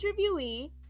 interviewee